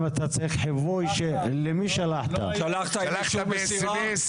שלחת ב סמס?